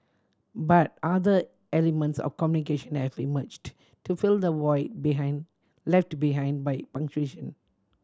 but other elements of communication have emerged to fill the void behind left behind by punctuation